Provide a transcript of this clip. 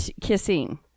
kissing